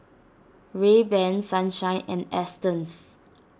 Rayban Sunshine and Astons